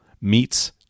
meets